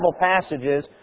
passages